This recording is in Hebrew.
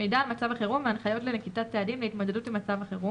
מידע על מצב החירום והנחיות לנקיטת צעדים להתמודדות עם מצב החירום,